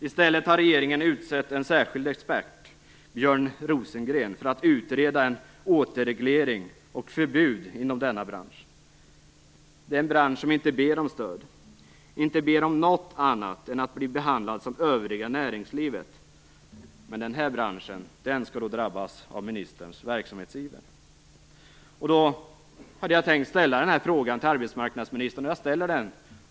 I stället har regeringen utsett en särskild expert, Björn Rosengren, för att utreda en återreglering och ett förbud inom denna bransch. Det är en bransch som inte ber om stöd, inte ber om något annat än att bli behandlad som övriga näringslivet. Men den här branschen skall drabbas av ministerns verksamhetsiver. Jag hade tänkt ställa några frågor till arbetsmarknadsministern, och jag gör det.